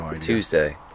Tuesday